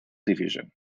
division